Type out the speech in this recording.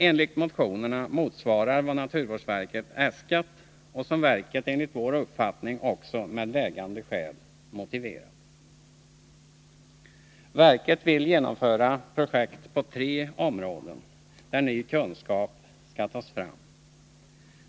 Enligt motionerna motsvarar nivån vad naturvårdsverket har äskat. Verket har, enligt vår åsikt, också med vägande skäl motiverat sitt äskande. Verket vill genomföra projekt på tre områden, där ny kunskap skall tas fram.